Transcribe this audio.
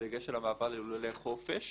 בדגש על המעבר ללולי חופש